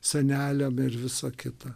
seneliam ir visa kita